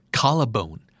collarbone